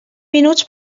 minuts